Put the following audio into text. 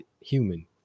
human